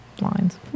lines